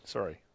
Sorry